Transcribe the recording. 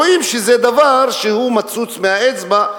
רואים שזה דבר שהוא מצוץ מהאצבע,